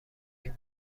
این